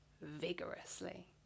vigorously